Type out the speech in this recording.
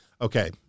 Okay